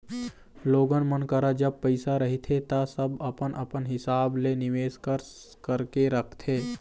लोगन मन करा जब पइसा रहिथे ता सब अपन अपन हिसाब ले निवेस कर करके रखथे